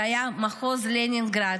שהיה מחוז לנינגרד,